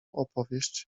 opowieść